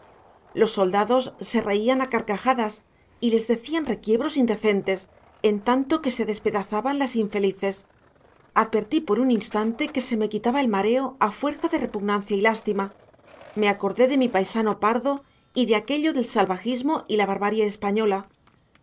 los soldados se reían a carcajadas y les decían requiebros indecentes en tanto que se despedazaban las infelices advertí por un instante que se me quitaba el mareo a fuerza de repugnancia y lástima me acordé de mi paisano pardo y de aquello del salvajismo y la barbarie española